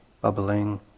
bubbling